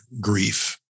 grief